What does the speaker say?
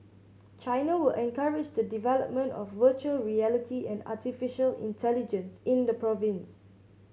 China will encourage the development of virtual reality and artificial intelligence in the province